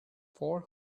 four